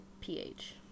PH